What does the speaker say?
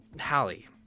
Hallie